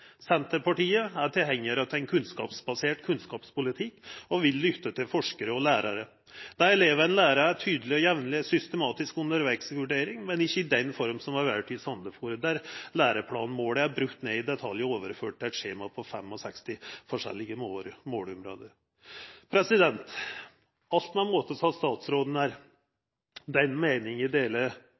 Senterpartiet er tilhengjar av ein kunnskapsbasert kunnskapspolitikk og vil lytta til forskarar og lærarar. Elevane skal ha ei tydeleg, jamleg og systematisk undervegsvurdering, men ikkje i den forma som er vald i Sandefjord, der læreplanmålet er brote ned i detalj og overført til eit skjema på 65 forskjellige måleområde. Alt med måte, sa statsråden her. Den meininga deler